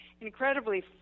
incredibly